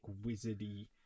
wizardy